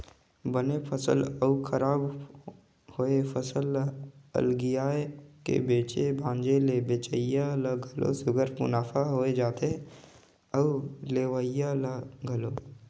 बने फसल अउ खराब होए फसल ल अलगिया के बेचे भांजे ले बेंचइया ल घलो सुग्घर मुनाफा होए जाथे अउ लेहोइया ल घलो